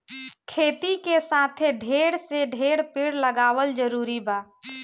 खेती के साथे ढेर से ढेर पेड़ लगावल जरूरी बा